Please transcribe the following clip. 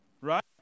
Right